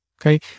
Okay